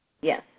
Yes